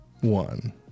one